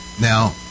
now